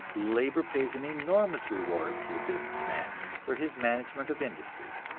labor pays an enormous reward to the business man for his management of industry,